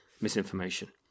misinformation